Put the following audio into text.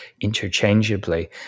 interchangeably